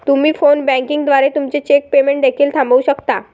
तुम्ही phone banking द्वारे तुमचे चेक पेमेंट देखील थांबवू शकता